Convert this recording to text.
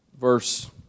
verse